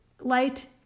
light